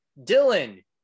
Dylan